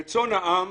רצון העם